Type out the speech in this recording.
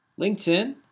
LinkedIn